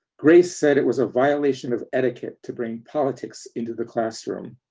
grace said it was a violation of etiquette to bring politics into the classroom.